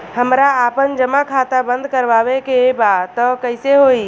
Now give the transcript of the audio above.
हमरा आपन जमा खाता बंद करवावे के बा त कैसे होई?